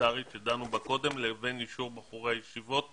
ההומניטרית שדנו בה קודם לבין אישור בחורי הישיבות.